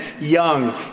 young